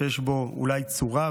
שיש בו אולי צורה,